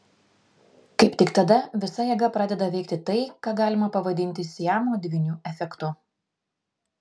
kaip tik tada visa jėga pradeda veikti tai ką galima pavadinti siamo dvynių efektu